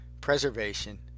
preservation